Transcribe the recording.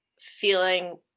feeling